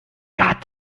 got